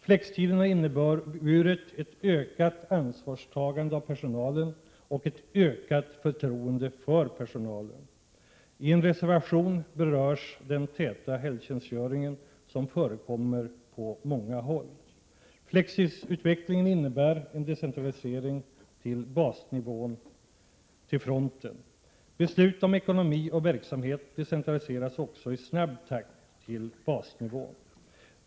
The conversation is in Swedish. Flextiden har inneburit ett ökat ansvarstagande av personalen och ett ökat förtroende för personalen. I en reservation berörs den täta helgtjänstgöring som förekommer på många håll. Flextidsutvecklingen innebär en decentralisering till basnivån, till fronten. Beslut om ekonomi och verksamhet decentraliseras också i snabb takt till basnivån.